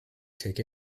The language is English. take